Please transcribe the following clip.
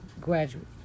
graduate